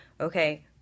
okay